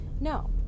no